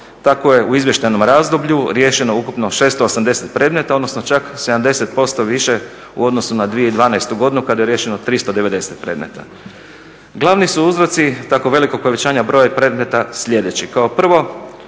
Tako je u izvještajnom razdoblju riješeno ukupno 680 predmeta odnosno čak 70% više u odnosu na 2012. godinu kada je riješeno 390 predmeta. Glavni su uzroci tako velikog povećanja broja predmeta sljedeći.